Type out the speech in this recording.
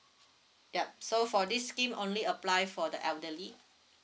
yup so for this scheme only apply for the elderly